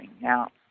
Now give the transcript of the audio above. now